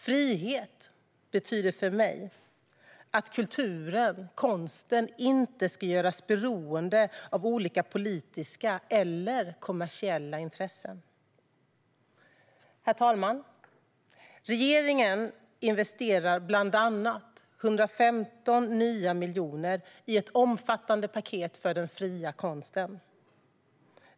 Frihet betyder för mig att kulturen, konsten, inte ska göras beroende av olika politiska eller kommersiella intressen. Herr talman! Regeringen investerar bland annat 115 nya miljoner i ett omfattande paket för den fria konsten.